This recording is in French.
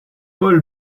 paul